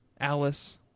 Alice